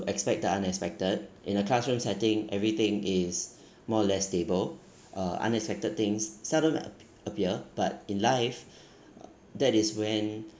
expect the unexpected in a classroom setting everything is more or less stable uh unexpected things seldom a~ appear but in life that is when